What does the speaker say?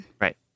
Right